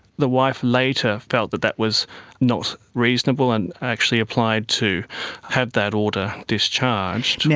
the wife later felt that that was not reasonable and actually applied to have that order discharged. yeah